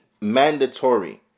mandatory